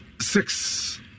six